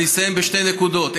אני אסיים בשתי נקודות: